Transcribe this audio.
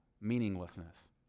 meaninglessness